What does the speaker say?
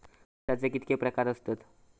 खताचे कितके प्रकार असतत?